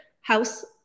house